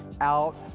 Out